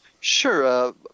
Sure